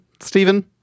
Stephen